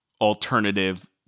alternative